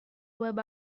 web